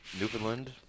Newfoundland